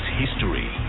history